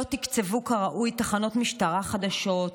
לא תקצבו כראוי תחנות משטרה חדשות,